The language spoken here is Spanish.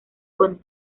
con